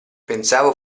pensavo